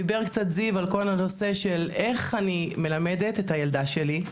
זיו דיבר קצת על כל הנושא של איך אני מלמדת את הילדה שלי,